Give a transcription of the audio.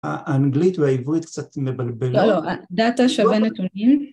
‫האנגלית והעברית קצת מבלבלות. ‫-לא, לא, דאטה שווה נתונים.